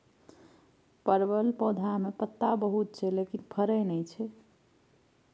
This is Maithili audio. परवल पौधा में पत्ता बहुत छै लेकिन फरय किये नय छै?